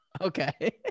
Okay